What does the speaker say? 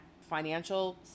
financial